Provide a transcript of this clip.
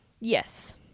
Yes